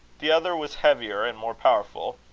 the other was heavier and more powerful.